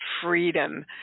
freedom